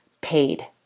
paid